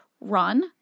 run